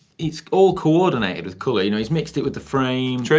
it's all coordinated with color. he's mixed it with the frame.